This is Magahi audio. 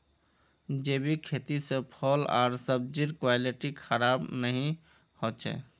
जैविक खेती से फल आर सब्जिर क्वालिटी खराब नहीं हो छे